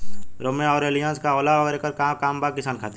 रोम्वे आउर एलियान्ज का होला आउरएकर का काम बा किसान खातिर?